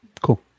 Cool